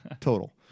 total